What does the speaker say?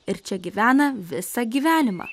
ir čia gyvena visą gyvenimą